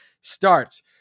starts